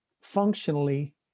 functionally